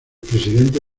expresidente